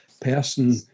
person